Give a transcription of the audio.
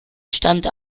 stand